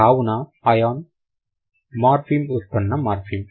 కావున ion morpheme ఉత్పన్న morpheme